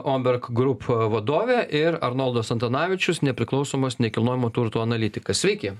omberg group vadovė ir arnoldas antanavičius nepriklausomas nekilnojamo turto analitikas sveiki